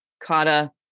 Kata